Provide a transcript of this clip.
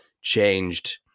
changed